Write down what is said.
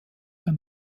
der